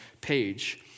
page